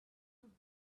you